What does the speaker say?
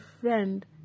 friend